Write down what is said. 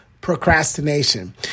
procrastination